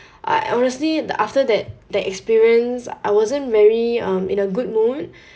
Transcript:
I honestly the after that that experience I wasn't very um in a good mood